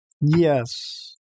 Yes